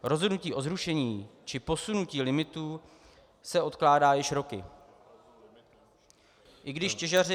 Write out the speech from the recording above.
Rozhodnutí o zrušení či posunutí limitů se odkládá již roky, i když těžaři